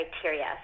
criteria